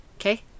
Okay